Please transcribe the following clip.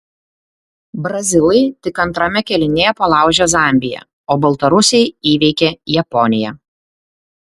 brazilai tik antrame kėlinyje palaužė zambiją o baltarusiai įveikė japoniją